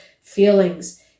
feelings